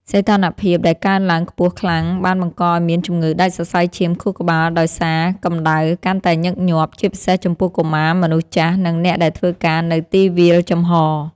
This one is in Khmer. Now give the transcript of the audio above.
សីតុណ្ហភាពដែលកើនឡើងខ្ពស់ខ្លាំងបានបង្កឱ្យមានជំងឺដាច់សរសៃឈាមខួរក្បាលដោយសារកម្ដៅ កាន់តែញឹកញាប់ ជាពិសេសចំពោះកុមារ មនុស្សចាស់ និងអ្នកដែលធ្វើការនៅទីវាលចំហ។